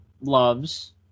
loves